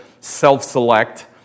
self-select